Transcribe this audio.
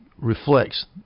reflects